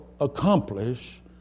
accomplish